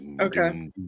okay